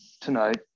tonight